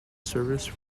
service